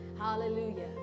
Hallelujah